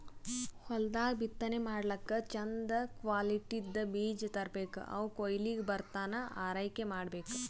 ಹೊಲ್ದಾಗ್ ಬಿತ್ತನೆ ಮಾಡ್ಲಾಕ್ಕ್ ಚಂದ್ ಕ್ವಾಲಿಟಿದ್ದ್ ಬೀಜ ತರ್ಬೆಕ್ ಅವ್ ಕೊಯ್ಲಿಗ್ ಬರತನಾ ಆರೈಕೆ ಮಾಡ್ಬೇಕ್